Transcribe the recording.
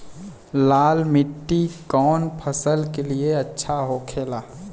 लाल मिट्टी कौन फसल के लिए अच्छा होखे ला?